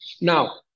Now